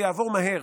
ויעבור מהר,